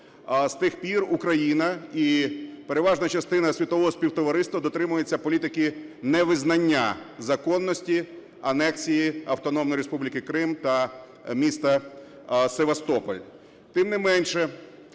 З тих пір Україна і переважна частина світового співтовариства дотримується політики невизнання законності анексії Автономної Республіки Крим та міста Севастополь.